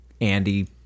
Andy